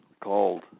called